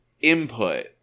input